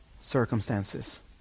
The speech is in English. circumstances